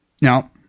Now